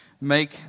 make